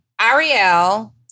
Ariel